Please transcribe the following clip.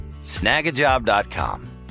snagajob.com